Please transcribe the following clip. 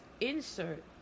insert